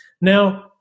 Now